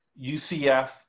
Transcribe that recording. UCF